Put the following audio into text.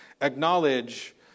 acknowledge